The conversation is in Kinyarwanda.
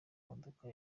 modoka